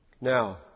Now